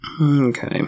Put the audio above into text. Okay